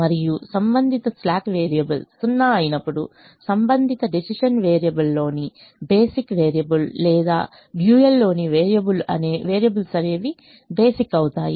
మరియు సంబంధిత slack variable 0 అయినప్పుడు సంబంధిత డెసిషన్ వేరియబుల్ లోని బేసిక్ వేరియబుల్ లేదా డ్యూయల్ లోని వేరియబుల్ అనేవి బేసిక్ అవుతాయి